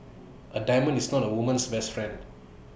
A diamond is not A woman's best friend